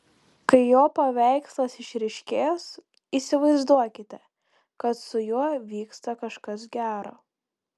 kai jo paveikslas išryškės įsivaizduokite kad su juo vyksta kažkas gero